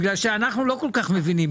בגלל שאנחנו לא כל כך מבינים.